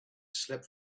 slept